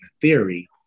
theory